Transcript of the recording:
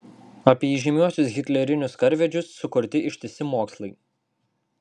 apie įžymiuosius hitlerinius karvedžius sukurti ištisi mokslai